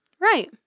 Right